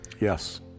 yes